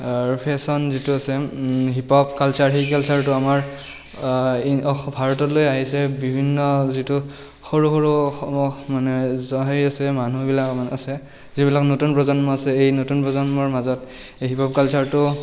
fashion যিটো আছে hip hop culture সেই কালচাৰটো আমাৰ ই অস্ ভাৰতলৈ আহিছে বিভিন্ন যিটো সৰু সৰু মানে জ সেই আছে মানুহবিলাক মানে আছে যিবিলাক নতুন প্ৰজন্ম আছে এই নতুন প্ৰজন্মৰ মাজত এই হিপ হপ কালচাৰটো